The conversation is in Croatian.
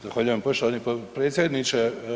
Zahvaljujem poštovani potpredsjedniče.